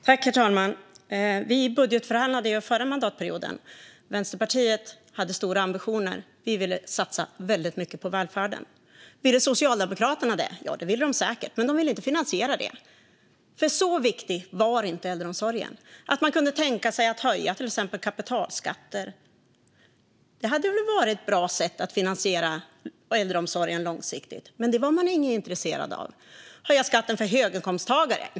Herr talman! Vi budgetförhandlade under den förra mandatperioden. Vänsterpartiet hade stora ambitioner; vi ville satsa mycket på välfärden. Ville Socialdemokraterna det? Ja, det ville de säkert, men de ville inte finansiera det. Så viktig var inte äldreomsorgen att man kunde tänka sig att höja till exempel kapitalskatter. Det hade väl varit ett bra sätt att finansiera äldreomsorgen långsiktigt? Men det var man inte intresserad av. Höja skatten för höginkomsttagare?